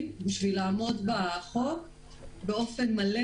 עשינו את זה באופן מלא